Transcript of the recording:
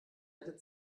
erde